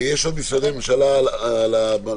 יש עוד משרדי ממשלה על הזום.